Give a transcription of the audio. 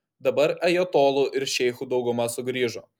dabar ajatolų ir šeichų dauguma sugrįžo